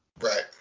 Right